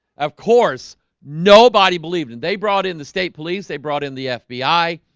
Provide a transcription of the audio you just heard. of course nobody believed and they brought in the state police. they brought in the fbi